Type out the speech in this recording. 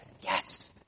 yes